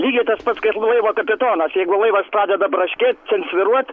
lygiai tas pats kaip laivo kapitonas jeigu laivas pradeda braškėt ten svyruot